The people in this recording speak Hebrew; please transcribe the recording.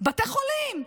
בתי חולים,